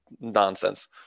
nonsense